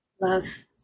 Love